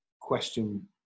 question